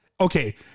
okay